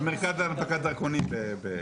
מרכז להנפקת דרכונים.